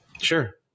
Sure